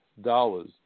dollars